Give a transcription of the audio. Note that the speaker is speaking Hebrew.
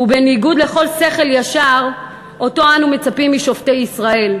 ובניגוד לכל שכל ישר שאותו אנו מצפים משופטי ישראל.